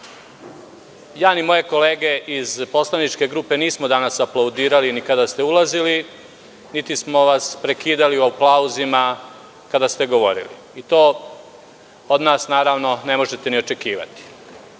ni moje kolege iz poslaničke grupe nismo danas aplaudirali ni kada ste ulazili, niti smo vas prekidali u aplauzima kada ste govorili. To od nas naravno ne možete ni očekivati.